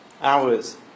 hours